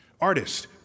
Artists